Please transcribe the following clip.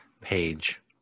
page